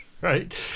Right